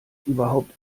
überhaupt